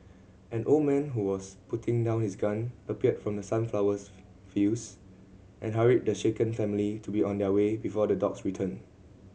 an old man who was putting down his gun appeared from the sunflowers fields and hurried the shaken family to be on their way before the dogs return